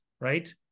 right